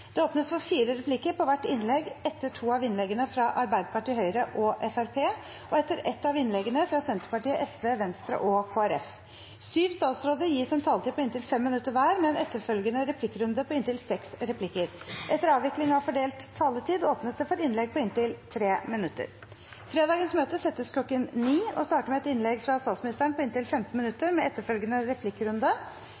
Det åpnes for inntil fire replikker på hvert innlegg etter to av innleggene fra Arbeiderpartiet, Høyre og Fremskrittspartiet og etter ett av innleggene fra Senterpartiet, Sosialistisk Venstreparti, Venstre og Kristelig Folkeparti. Syv statsråder gis en taletid på inntil 5 minutter hver, med en etterfølgende replikkrunde på inntil 6 replikker. Etter avvikling av fordelt taletid åpnes det for innlegg på inntil 3 minutter. Fredagens møte settes kl. 9 og starter med et innlegg fra statsministeren på inntil 15